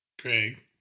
Craig